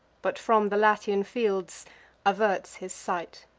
but from the latian fields averts his sight.